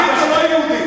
יהודית או לא יהודית?